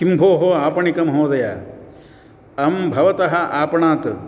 किं भोः आपणिकमहोदय अहं भवतः आपणात्